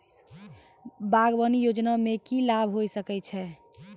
बागवानी योजना मे की लाभ होय सके छै?